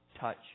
touch